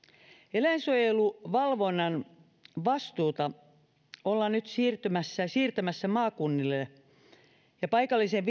eläinsuojeluvalvonnan vastuuta ollaan nyt siirtämässä maakunnille ja paikallisen